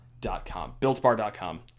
Builtbar.com